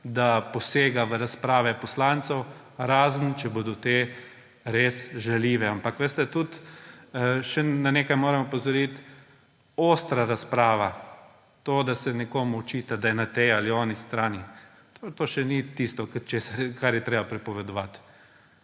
da posega v razprave poslancev, razen če bodo te res žaljive. Veste, še na nekaj moram opozoriti. Ostra razprava, to, da se nekomu očita, da je na tej ali oni strani, to še ni tisto, kar je treba prepovedovati.